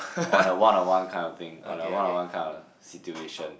on a one on one kind of thing on a one on one kind of a situation